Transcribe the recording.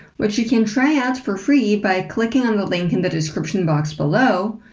which you can try out for free by clicking on the link in the description box below,